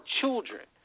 children